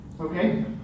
okay